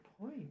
point